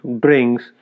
drinks